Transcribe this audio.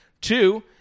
Two